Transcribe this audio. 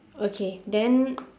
okay then